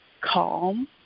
calm